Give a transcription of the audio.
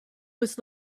was